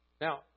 Now